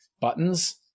buttons